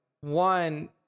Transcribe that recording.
one